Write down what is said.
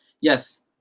yes